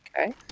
okay